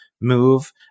move